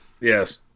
Yes